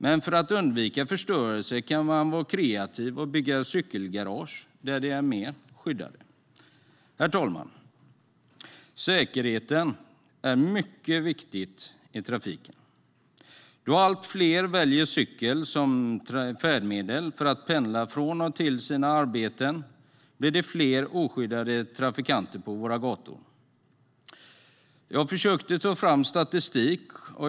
Men för att undvika förstörelse kan man vara kreativ och bygga cykelgarage där cyklarna är mer skyddade. Herr talman! Säkerheten är mycket viktig i trafiken. Då allt fler väljer cykel som färdmedel för att pendla från och till sina arbeten blir det fler oskyddade trafikanter på våra gator. Jag har försökt ta fram statistik.